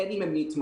בין אם הן נתמכות,